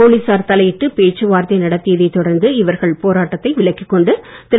போலீசார் தலையிட்டு பேச்சுவார்த்தை நடத்தியதைத் தொடர்ந்து இவர்கள் போராட்டத்தை விலக்கிக் கொண்டு திரு